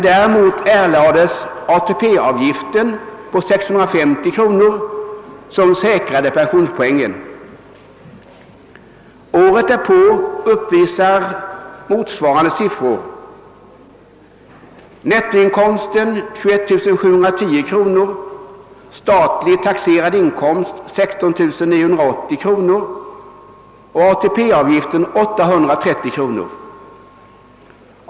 Däremot erlades ATP-avgiften på 650 kronor som säkrade pensionspoängen. Året därpå uppvisade motsvarande belopp en nettoinkomst på 21 710 kronor, en statligt taxerad inkomst på 16 980 kronor och ATP-avgiften 830 kronor.